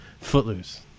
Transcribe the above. Footloose